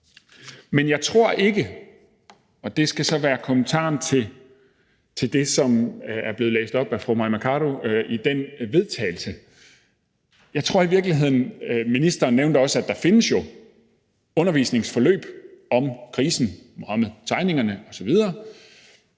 Jeg tror ikke, og det skal så være kommentaren til det, som er blevet læst op af fru Mai Mercado fra det forslag til vedtagelse – ministeren nævnte også, at der jo findes undervisningsforløb om krisen, Muhammedtegningerne osv.